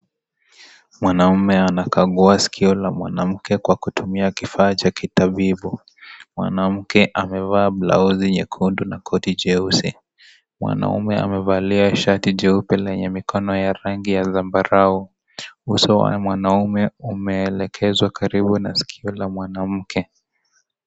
Mwanaume anakagua sikio la mwanamke kwa kutumia kifaa cha kitabibu, mwanamke amevaa blausi nyekundu na koti jeusi, mwanume amevalia shati jeupe lenye mikono ya rangi ya zambarau uso wa mwanaume umeelekezwa karibu na sikio la mwanamke.